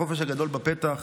החופש הגדול בפתח,